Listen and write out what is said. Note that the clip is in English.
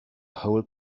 whole